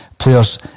Players